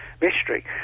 mystery